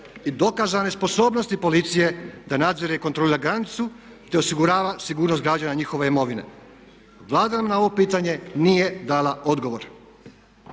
i dokazane sposobnosti policije da nadzire i kontrolira granicu te osigurava sigurnost građana i njihove imovine. Vlada nam na ovo pitanje nije dala odgovor.